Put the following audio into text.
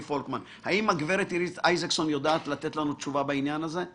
האם הגברת אירית איזקסון יודעת לתת לנו תשובה בעניין הזה?